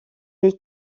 est